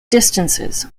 distances